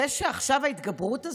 זה שעכשיו ההתגברות הזאת,